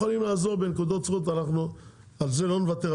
יכולים לעזור בנקודות זכות, על זה אנחנו לא נוותר.